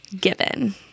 given